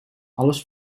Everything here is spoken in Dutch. alles